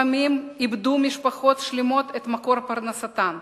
לפעמים איבדו משפחות שלמות את מקור פרנסתן.